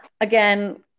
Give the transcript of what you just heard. again